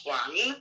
one